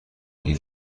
این